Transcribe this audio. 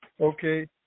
Okay